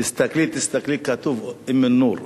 תסתכלי, כתוב: אום-אל-נור.